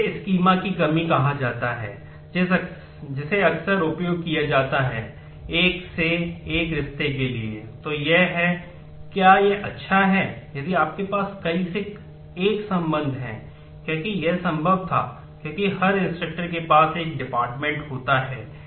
तो इसे स्कीमा होता है और यह यहाँ कई पक्ष हैं